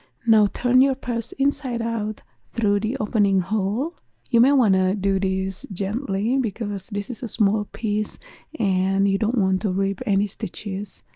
now turn your purse inside out through the opening hole you may want to do this gently and because this is a small piece and you don't want to rip any stitches